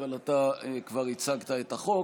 אבל אתה כבר הצגת את החוק.